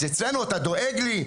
אצלנו אתה דואג לי?